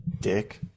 Dick